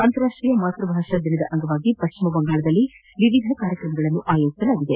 ಅಂತಾರಾಷ್ಟೀಯ ಮಾತ್ಪಭಾಷಾ ದಿನದ ಅಂಗವಾಗಿ ಪಶ್ಚಿಮ ಬಂಗಾಳದಲ್ಲಿ ವಿವಿಧ ಕಾರ್ಯಕ್ರಮಗಳನ್ನು ಆಯೋಜಿಸಲಾಗಿದೆ